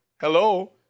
Hello